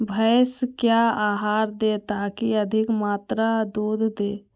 भैंस क्या आहार दे ताकि अधिक मात्रा दूध दे?